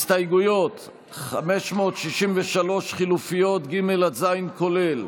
הסתייגויות 563 לחלופין ג' עד לחלופין ז', כולל,